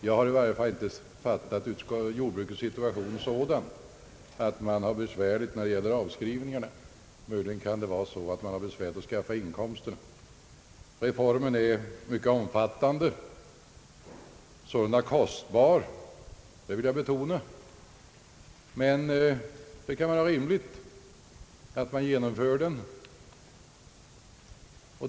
Jag har i varje fall inte fattat jordbrukets situation så, att jordbrukarna har besvär när det gäller avskrivningar. Möjligen kan de ha svårt att skaffa inkomster. Reformen är mycket omfattande och sålunda kostbar :— det vill jag betona — men det kan vara rimligt att. den genomförs.